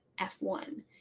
F1